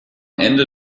ende